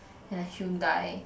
and a Hyundai